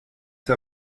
che